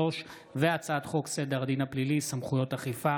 פ/2314/25: הצעת חוק הביטוח הלאומי (תיקון,